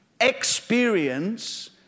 experience